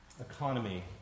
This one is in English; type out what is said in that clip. economy